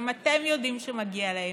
גם אתם יודעים שמגיע להם.